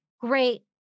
great